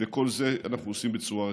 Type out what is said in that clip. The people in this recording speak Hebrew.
ואת כל זה אנחנו עושים בצורה רציפה.